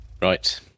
Right